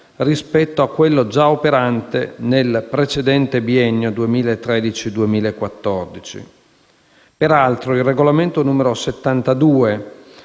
rispetto a quello già operante nel precedente biennio 2013-2014. Peraltro, il regolamento n. 72